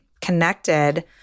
connected